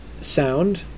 sound